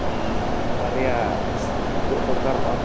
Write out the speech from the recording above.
ᱵᱟᱨᱭᱟ ᱪᱩᱠᱟᱹᱜ ᱫᱚᱨᱠᱟᱨᱚᱜᱼᱟ